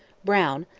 brown,